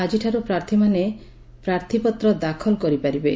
ଆଜିଠାରୁ ପ୍ରାର୍ଥୀମାନେ ପ୍ରାର୍ଥୀପତ୍ର ଦାଖଲ କରିପାରିବେ